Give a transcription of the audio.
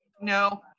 No